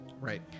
Right